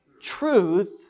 truth